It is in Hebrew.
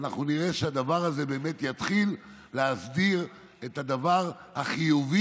ואנחנו נראה שהדבר הזה באמת יתחיל להסדיר את הדבר החיובי,